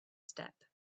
step